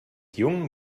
jungen